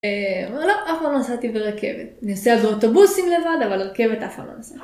הוא אומר לא, אף פעם לא נסעתי ברכבת, נסיעת באוטובוסים לבד אבל רכבת אף פעם לא נסעתי.